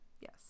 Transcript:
yes